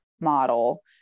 model